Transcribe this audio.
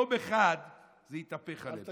יום אחד זה יתהפך עליהם.